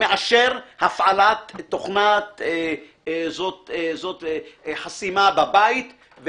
מאשר הפעלת תוכנת חסימה בבית.